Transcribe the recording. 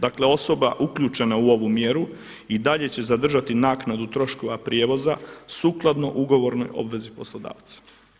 Dakle osoba uključena u ovu mjeru i dalje će zadržati naknadu troškova prijevoza sukladno ugovornoj obvezi poslodavca.